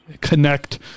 connect